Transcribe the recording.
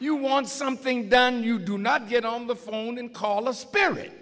you want something done you do not get on the phone and call a spirit